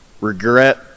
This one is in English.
regret